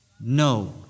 No